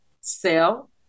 sell